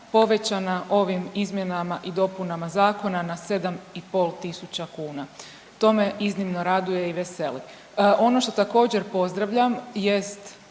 povećana ovim izmjenama i dopunama zakona za 7.500 kuna. To me iznimno raduje i veseli. Ono što također pozdravlja jest